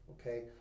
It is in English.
okay